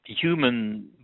human